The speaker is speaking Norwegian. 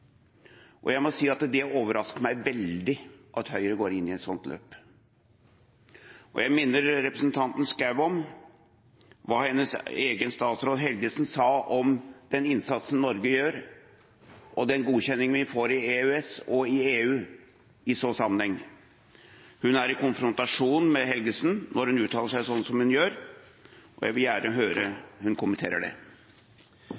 Jeg må si at det overrasker meg veldig at Høyre går inn i et slikt løp. Jeg minner representanten Schou om hva hennes egen statsråd, statsråd Helgesen, sa om den innsatsen Norge gjør, og den godkjenningen vi får i EØS og i EU i den sammenheng. Hun er i konfrontasjon med Helgesen når hun uttaler seg slik som hun gjør, og jeg vil gjerne høre at hun kommenterer det.